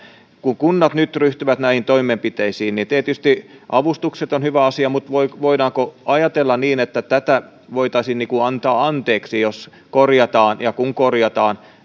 kun kunnat nyt ryhtyvät näihin toimenpiteisiin niin tietysti avustukset ovat hyvä asia mutta voidaanko ajatella niin että tätä voitaisiin antaa anteeksi jos korjataan ja kun korjataan